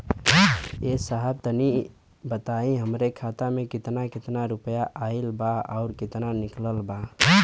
ए साहब तनि बताई हमरे खाता मे कितना केतना रुपया आईल बा अउर कितना निकलल बा?